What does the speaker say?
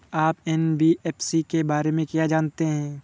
आप एन.बी.एफ.सी के बारे में क्या जानते हैं?